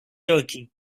turkey